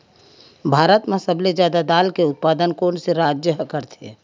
भारत मा सबले जादा दाल के उत्पादन कोन से राज्य हा करथे?